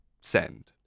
send